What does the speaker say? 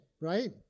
right